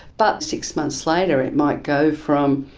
but six months later it might go from,